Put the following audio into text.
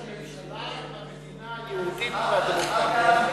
ראש ממשלה במדינה היהודית הדמוקרטית.